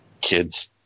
kid's